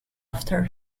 after